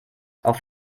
auf